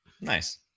Nice